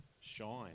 Shine